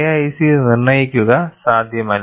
KIC നിർണ്ണയിക്കുക സാധ്യമല്ല